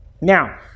Now